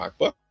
Macbook